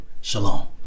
Shalom